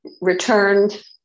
returned